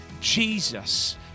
Jesus